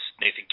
Nathan